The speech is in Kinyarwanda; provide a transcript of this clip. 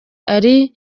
ari